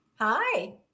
hi